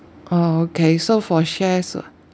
oh okay so for shares